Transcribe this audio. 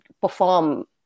perform